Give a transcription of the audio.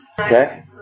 Okay